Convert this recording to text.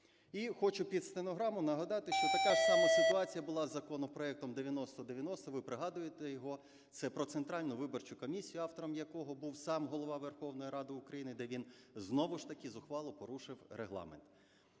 І хочу під стенограму нагадати, що така ж сама ситуація була з законопроектом 9090, ви пригадуєте його, це про Центральну виборчу комісію, автором якого був сам Голова Верховної Ради України, де він, знову ж таки, зухвало порушив Регламент.